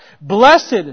Blessed